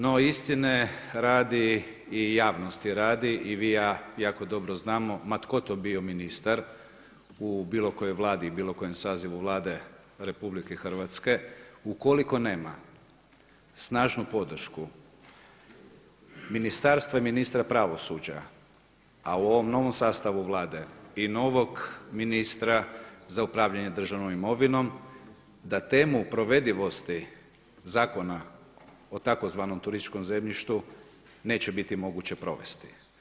No istine radi i javnosti radi i vi i ja jako dobro znamo ma tko to bio ministar u bilo kojoj Vladi i bilo kojem sazivu Vlade RH ukoliko nema snažnu podršku ministarstva i ministra pravosuđa a u ovom novom sastavu Vlade i novog ministra za upravljanje državnom imovinom da temu provedivosti zakona o tzv. turističkom zemljištu neće biti moguće provesti.